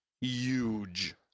huge